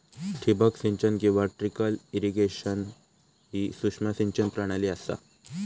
ठिबक सिंचन किंवा ट्रिकल इरिगेशन ही सूक्ष्म सिंचन प्रणाली असा